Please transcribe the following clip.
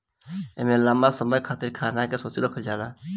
एमे लंबा समय खातिर खाना के सुरक्षित रखल जाला